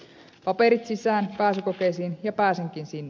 paperit sisään pääsykokeisiin ja pääsinkin sinne